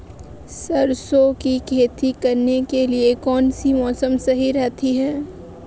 सरसों की खेती करने के लिए कौनसा मौसम सही रहता है?